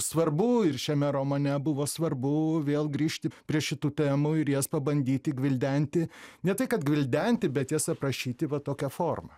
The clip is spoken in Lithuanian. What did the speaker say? svarbu ir šiame romane buvo svarbu vėl grįžti prie šitų temų ir jas pabandyti gvildenti ne tai kad gvildenti bet jas aprašyti va tokia forma